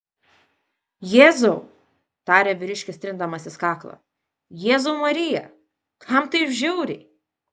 jėzau tarė vyriškis trindamasis kaklą jėzau marija kam taip žiauriai